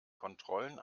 kontrollen